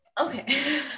Okay